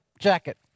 jacket